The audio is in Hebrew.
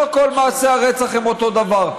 לא כל מעשי הרצח הם אותו דבר.